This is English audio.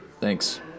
Thanks